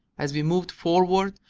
as we moved forward,